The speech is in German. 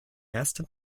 ersten